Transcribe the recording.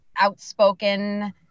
outspoken